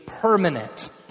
Permanent